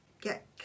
get